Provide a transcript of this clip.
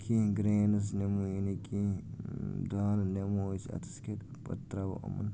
کینٛہہ گرٛینٕز نِمو یعنی کینٛہہ دال نِمو أسۍ اَتھَس کٮ۪تھ پَتہٕ ترٛاوَو یِمَن